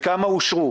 וכמה אושרו.